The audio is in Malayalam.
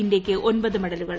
ഇന്ത്യയ്ക്ക് ഒൻപത് മെഡലുകൾ